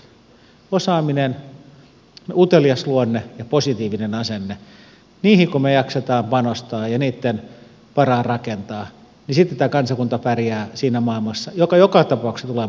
osaaminen utelias luonne ja positiivinen asenne niihin kun me jaksamme panostaa ja niitten varaan rakentaa niin sitten tämä kansakunta pärjää siinä maailmassa joka joka tapauksessa vain